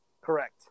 Correct